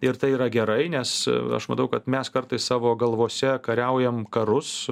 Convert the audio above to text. ir tai yra gerai nes aš matau kad mes kartais savo galvose kariaujam karus